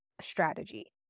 strategy